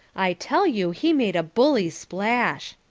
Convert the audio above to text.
i tell you he made a bully splash.